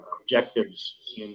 objectives